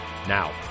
Now